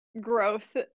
growth